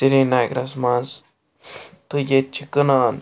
سرینَگرَس منٛز تہٕ ییٚتہِ چھِ کٕنان